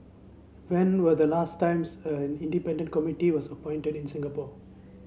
when were the last times an independent committee was appointed in Singapore